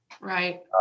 Right